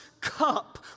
cup